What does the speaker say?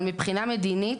אבל מבחינה מדינית,